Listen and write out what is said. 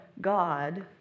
God